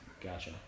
Gotcha